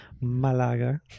malaga